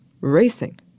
racing